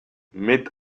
mit